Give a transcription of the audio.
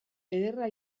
ederra